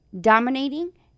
dominating